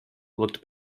looked